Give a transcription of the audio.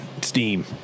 steam